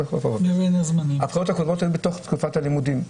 הבחירות הקודמות היו בתקופת הלימודים.